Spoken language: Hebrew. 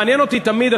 מעניין אותי תמיד,